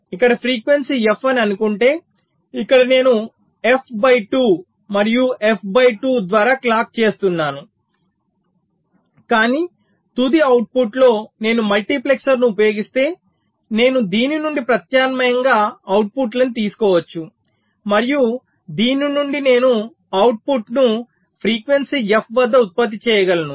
ఇక్కడ frequency f అని అనుకుంటే ఇక్కడ నేను f బై 2 మరియు f బై 2 ద్వారా క్లాక్ చేస్తున్నాను కాని తుది అవుట్పుట్లో నేను మల్టీప్లెక్సర్ను ఉపయోగిస్తే నేను దీని నుండి ప్రత్యామ్నాయంగా అవుట్పుట్లను తీసుకోవచ్చు మరియు దీని నుండి నేను అవుట్పుట్ ను ఫ్రీక్వెన్సీ f వద్ద ఉత్పత్తి చేయగలను